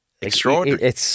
extraordinary